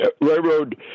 railroad